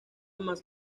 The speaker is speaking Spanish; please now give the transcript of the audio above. más